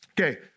Okay